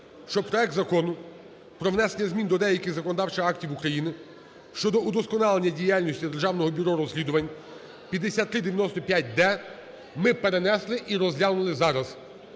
щоб проект Закону про внесення змін до деяких законодавчих актів України щодо удосконалення діяльності Державного бюро розслідувань (5395-д) ми перенесли і розглянули зараз.